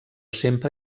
sempre